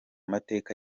mateka